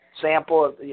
sample